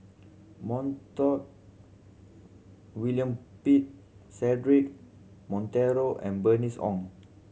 William Pett Cedric Monteiro and Bernice Ong